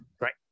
Right